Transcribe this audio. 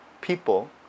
people